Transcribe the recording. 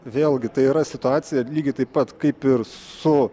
vėlgi tai yra situacija lygiai taip pat kaip ir su